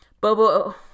Bobo